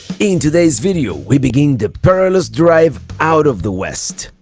in today's video we begin the perilous drive out of the west.